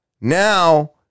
Now